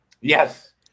Yes